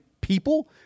people